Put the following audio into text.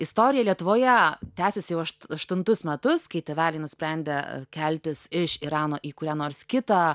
istorija lietuvoje tęsias jau aštuntus metus kai tėveliai nusprendė keltis iš irano į kurią nors kitą